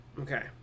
Okay